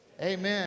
amen